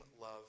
love